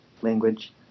language